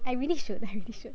I really should I really should